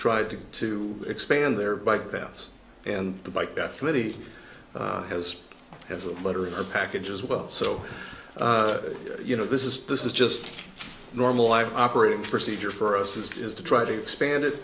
tried to to expand their bike paths and the bike that committee has has a letter in her package as well so you know this is this is just normal life operating procedure for us is is to try to expand it